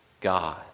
God